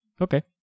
Okay